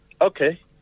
Okay